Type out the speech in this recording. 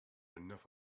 enough